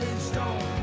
stone